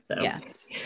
Yes